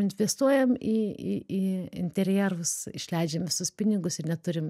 investuojam į į į interjerus išleidžiam visus pinigus ir neturim